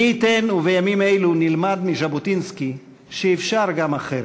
מי ייתן ובימים אלו נלמד מז'בוטינסקי שאפשר גם אחרת.